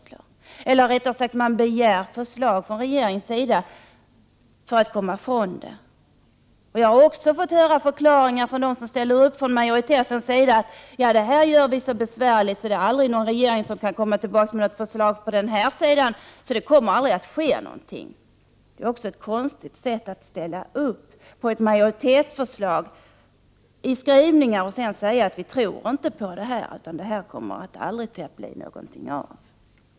Sedan begär man förslag från regeringen för att komma ifrån det hela. Jag har från majoritetens sida fått höra förklaringar som går ut på att man gjort frågan så komplicerad att regeringen inte kan komma tillbaka med några förslag, och att ingenting därför kommer att ske. Det är ett konstigt sätt. Man ställer sig i utskottet bakom ett majoritetsförslag, och sedan säger man att man inte tror på förslaget och att det aldrig kommer att bli något av detta.